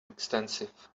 extensive